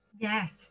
yes